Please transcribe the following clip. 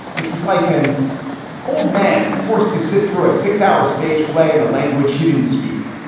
which was like an old man forced to sit through a six hour stage play in a language he didn't speak.